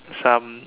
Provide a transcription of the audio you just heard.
some